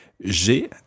J'ai